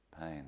pain